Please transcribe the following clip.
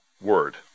word